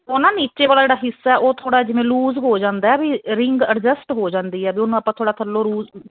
ਉਹ ਨਾ ਨੀਚੇ ਵਾਲਾ ਜਿਹੜਾ ਹਿੱਸਾ ਉਹ ਥੋੜਾ ਜਿਵੇਂ ਲੂਜ਼ ਹੋ ਜਾਂਦਾ ਵੀ ਰਿੰਗ ਐਡਜਸਟ ਹੋ ਜਾਂਦੀ ਐ ਵੀ ਉਹਨੂੰ ਆਪਾਂ ਥੋੜਾ ਥੱਲੋ ਲੂਜ਼